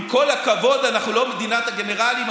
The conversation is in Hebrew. עם כל הכבוד, אנחנו לא מדינת הגנרלים.